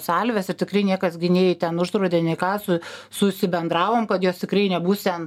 salvės ir tikrai niekas gi nei ten uždraudė nei ką su susiendravom kad jos tikrai nebus ten